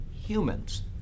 humans